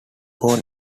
born